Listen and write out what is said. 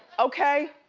okay,